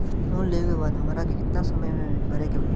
Loan लेवे के बाद हमरा के कितना समय मे भरे के होई?